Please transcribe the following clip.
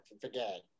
Forget